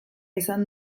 izan